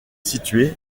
située